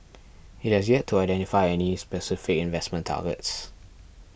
it has yet to identify any specific investment targets